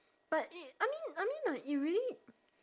but it I mean I mean like it really